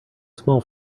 small